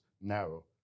narrow